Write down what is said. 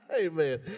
amen